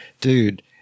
Dude